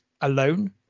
alone